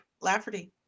Lafferty